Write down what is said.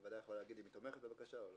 הוועדה יכולה להגיד אם היא תומכת בבקשה או לא.